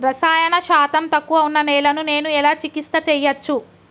రసాయన శాతం తక్కువ ఉన్న నేలను నేను ఎలా చికిత్స చేయచ్చు?